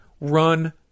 Run